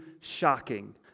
shocking